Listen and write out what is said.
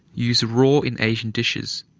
used raw in asian dishes,